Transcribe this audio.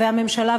והממשלה,